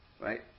right